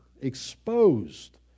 exposed